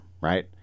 right